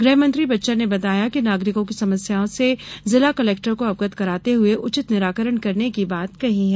गृह मंत्री बच्चन ने बताया कि नागरिकों की समस्या से जिला कलेक्टर को अवगत कराते हुए उचित निराकरण करने की बात कही है